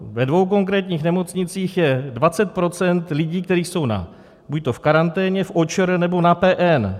Ve dvou konkrétních nemocnicích je dvacet procent lidí, kteří jsou buď v karanténě, v OČR, nebo na PN.